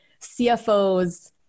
CFOs